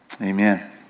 amen